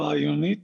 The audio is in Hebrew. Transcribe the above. רעיונית